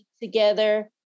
together